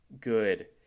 good